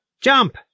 jump